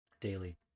daily